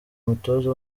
umutoza